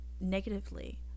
negatively